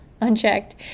unchecked